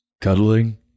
Cuddling